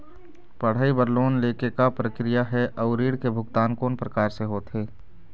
पढ़ई बर लोन ले के का प्रक्रिया हे, अउ ऋण के भुगतान कोन प्रकार से होथे?